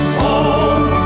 home